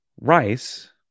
Rice